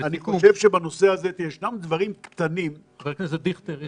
אני חושב שבנושא הזה ישנם דברים קטנים --- חבר הכנסת דיכטר,